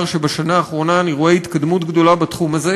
שבשנה האחרונה אני רואה התקדמות גדולה בתחום הזה,